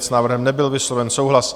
S návrhem nebyl vysloven souhlas.